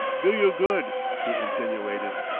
do you good, he insinuated,